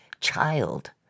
child